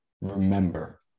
remember